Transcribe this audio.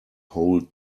whole